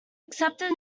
accepted